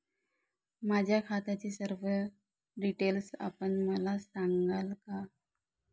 माझ्या खात्याचे सर्व डिटेल्स आपण मला सांगाल का?